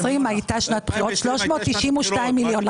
היתה שנת בחירות והתקציב היה 392 מיליון.